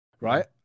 Right